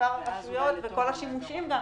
מספר הרשויות וכל השימושים.